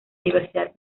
diversidad